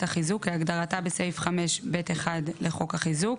החיזוק כהגדרתה בסעיף 5(ב1) לחוק החיזוק,